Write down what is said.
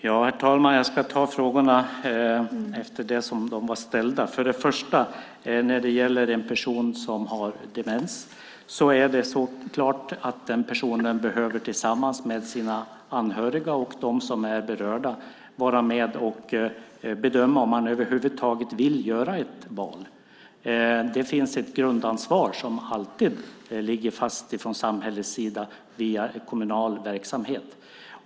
Herr talman! Jag ska ta frågorna i den ordning de blev ställda. När det gäller en person som har demens är det klart att den personen tillsammans med sina anhöriga och dem som är berörda behöver vara med och bedöma om man över huvud taget vill göra ett val. Det finns ett grundansvar som alltid ligger fast från samhällets sida via kommunal verksamhet.